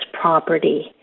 property